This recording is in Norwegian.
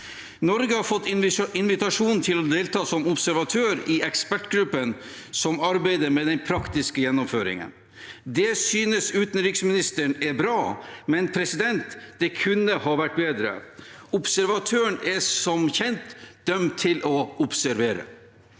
Norge har fått invitasjon til å delta som observatør i ekspertgruppen som arbeider med den praktiske gjennomføringen. Det synes utenriksministeren er bra, men det kunne ha vært bedre; observatøren er som kjent dømt til å observere.